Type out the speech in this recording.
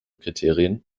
kriterien